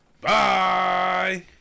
bye